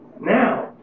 now